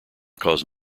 cause